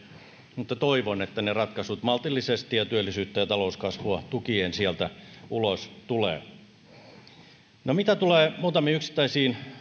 mutta toivon että ne ratkaisut maltillisesti ja työllisyyttä ja talouskasvua tukien sieltä ulos tulevat mitä tulee muutamiin yksittäisiin